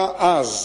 אתה אז,